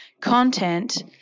content